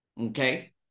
okay